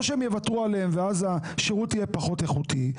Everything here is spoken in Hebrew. או שהם יוותרו עליהם ואז השירות יהיה פחות איכותי,